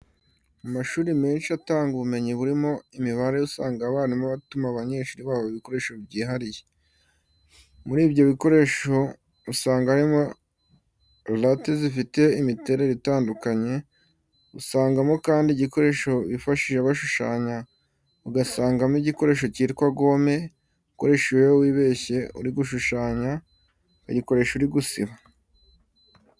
Mu mashuri menshi atanga ubumenyi burimo imibare, usanga abarimu batuma abanyeshuri babo ibikoresho byihariye. Muri ibyo bikoresho usanga harimo late zifite imiterere itandukanye, usangamo kandi igikoresho bifashisha bashushanya, ugasangamo igikoresho cyitwa gome ukoresha iyo wibeshye uri gushushanya, ukagikoresha uri gusiba.